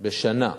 בשנה.